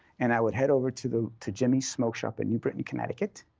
and i would head over to to jimmy's smoke shop in new britain, connecticut.